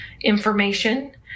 information